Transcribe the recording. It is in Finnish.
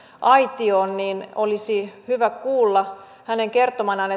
aitioon niin olisi hyvä kuulla hänen kertomanaan